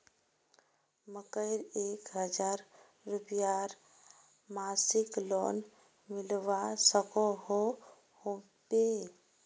मकईर एक हजार रूपयार मासिक लोन मिलवा सकोहो होबे?